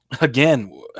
Again